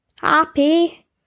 happy